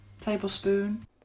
Tablespoon